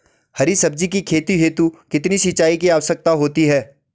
हरी सब्जी की खेती हेतु कितने सिंचाई की आवश्यकता होती है?